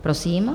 Prosím.